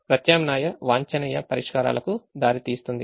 ఇది ప్రత్యామ్నాయ వాంఛనీయ పరిష్కారాలకు దారితీస్తుంది